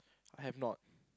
I have not